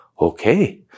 okay